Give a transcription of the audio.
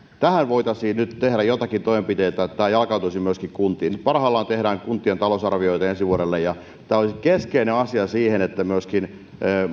voitaisiin nyt tehdä joitakin toimenpiteitä että tämä jalkautuisi myöskin kuntiin nyt parhaillaan tehdään kuntien talousarvioita ensi vuodelle ja tämä olisi keskeinen asia että myöskin